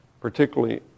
particularly